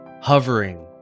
hovering